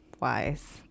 wise